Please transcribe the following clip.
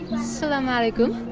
as-salaam-alaikum.